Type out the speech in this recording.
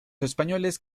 españoles